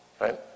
right